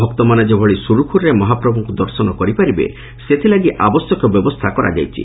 ଭକ୍ତମାନେ ଯେଭଳି ସ୍ପରୁଖ୍ପରୁରେ ମହାପ୍ରଭୁଙ୍କୁ ଦର୍ଶନ କରିପାରିବେ ସେଥିଲାଗି ଆବଶ୍ୟକ ବ୍ୟବସ୍କା କରାଯାଇଛି